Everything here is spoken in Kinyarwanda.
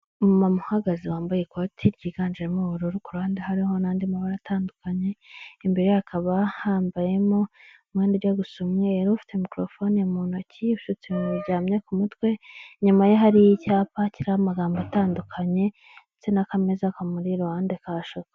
Umumama uhagaze wambaye ikoti ryiganjemo ubururu kuruhande hariho n'andi mabara atandukanye, imbere ye hakaba hambayemo umwenda ujya gusa umweru, ufite mikorofone mu ntoki usutse bimuryamye ku mutwe inyuma ye hari icyapa kirimo amagambo atandukanye ndetse n'akameza kamuri iruhande ka shokola.